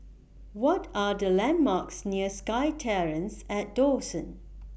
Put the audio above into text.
What Are The landmarks near SkyTerrace At Dawson